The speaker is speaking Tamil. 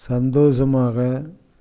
சந்தோஷமாக